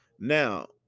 Now